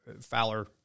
Fowler